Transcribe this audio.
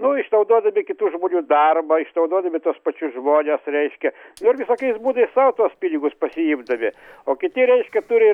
nu išnaudodami kitų žmonių darbą išnaudodami tuos pačius žmones reiškia nu ir visokiais būdais sau tuos pinigus pasiimdavę o kiti reiškia turi